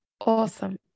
Awesome